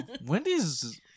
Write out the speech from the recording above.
Wendy's